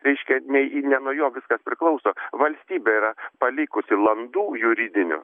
reiškia ne nuo jo viskas priklauso valstybė yra palikusi landų juridinių